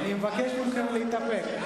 אני מבקש מכם להתאפק.